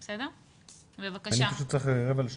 אני חושבת שעובדים עלינו,